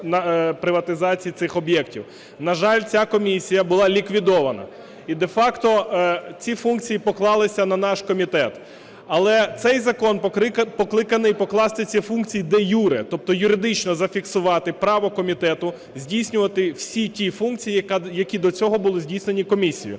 На жаль, ця комісія була ліквідована і де-факто ці функції покладено на наш комітет. Але цей закон покликаний покласти ці функції де-юре, тобто юридично зафіксувати право комітету здійснювати всі ті функції, які до цього були здійснені комісією.